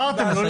בחרתם לא להיות.